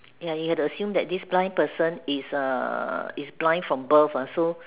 ya you have to assume that this blind person is err is blind from birth uh so